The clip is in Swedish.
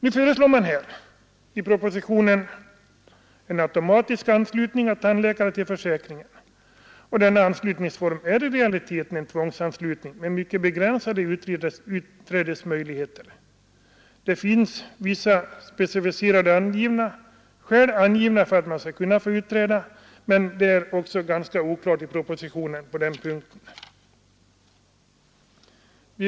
I propositionen föreslås en s.k. automatisk anslutning av tandläkare till försäkringen. Denna anslutningsform är i realiteten en tvångsanslutning med mycket begränsade utträdesmöjligheter. Vissa specificerade skäl finns angivna för att få utträda, men propositionen är ganska oklar på den punkten.